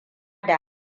da